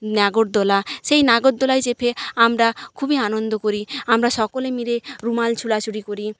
নাগরদোলা সেই নাগরদোলায় চেপে আমরা খুবই আনন্দ করি আমরা সকলে মিলে রুমাল ছুঁড়াছুঁড়ি করি